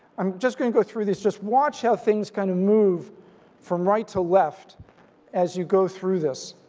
i'm just going to go through this. just watch how things kind of move from right to left as you go through this.